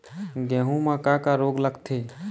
गेहूं म का का रोग लगथे?